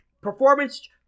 Performance